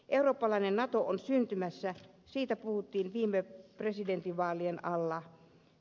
eurooppalainen nato on syntymässä siitä puhuttiin viime presidentinvaalien alla